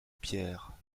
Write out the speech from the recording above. pierre